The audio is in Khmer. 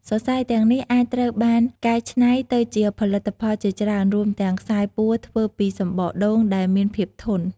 សរសៃទាំងនេះអាចត្រូវបានកែច្នៃទៅជាផលិតផលជាច្រើន រួមទាំង ខ្សែពួរធ្វើពីសំបកដូង ដែលមានភាពធន់។